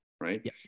right